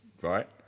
right